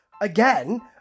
again